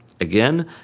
Again